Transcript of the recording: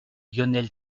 lionel